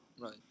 right